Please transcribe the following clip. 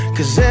Cause